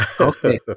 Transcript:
Okay